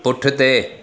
पुठिते